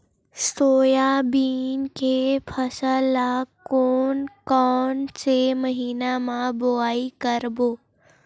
Soybean के फसल ल कोन कौन से महीना म बोआई करबो?